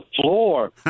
floor